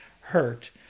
hurt